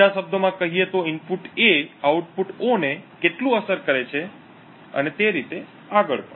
બીજા શબ્દોમાં કહીએ તો ઇનપુટ A આઉટપુટ O ને કેટલું અસર કરે છે અને તે રીતે આગળ પણ